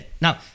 Now